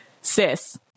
sis